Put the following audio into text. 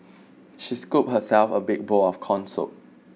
she scooped herself a big bowl of corn soup